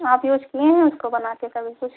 आप यूज़ किए हैं उसको बना कर कभी कुछ